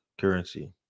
currency